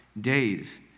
days